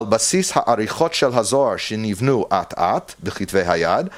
על בסיס העריכות של הזוהר שנבנו אט-אט בכתבי היד